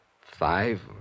five